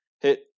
hit